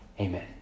Amen